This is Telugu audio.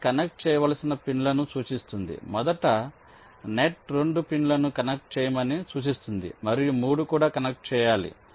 ఇది కనెక్ట్ చేయవలసిన పిన్లను సూచిస్తుంది మొదట నెట్ 2 పిన్లను కనెక్ట్ చేయమని సూచిస్తుంది మరియు 3 కూడా కనెక్ట్ చేయాలి